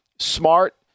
Smart